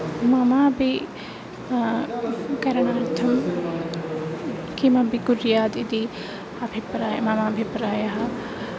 मम अपि करणार्थं किमपि कुर्यात् इति अभिप्राय मम अभिप्रायः